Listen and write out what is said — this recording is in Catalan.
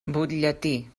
butlletí